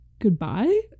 goodbye